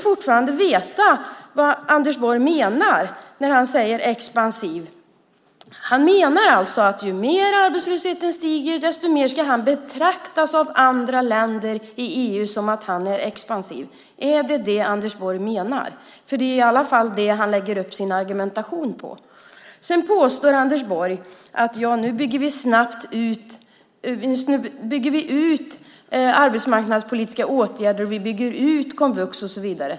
Fortfarande vill jag veta vad Anders Borg menar med "expansiv". Han menar kanske att ju mer arbetslösheten stiger, desto mer ska han av andra länder i EU betraktas som expansiv. Är det vad Anders Borg menar? Det är i alla fall på det han hänger upp sin argumentation. Anders Borg påstår att man bygger ut de arbetsmarknadspolitiska åtgärderna, komvux och så vidare.